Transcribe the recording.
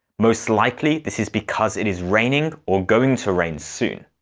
most likely this is because it is raining or going to rain soon.